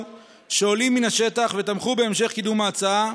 שעולים מן השטח ותמכו בהמשך קידום ההצעה,